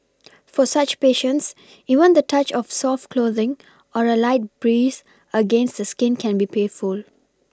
for such patients even the touch of soft clothing or a light breeze against the skin can be painful